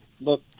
look